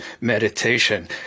meditation